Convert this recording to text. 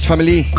Family